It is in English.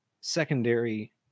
secondary